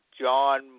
John